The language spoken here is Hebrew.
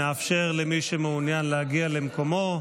נאפשר למי שמעוניין להגיע למקומו.